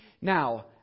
Now